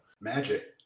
Magic